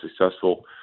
successful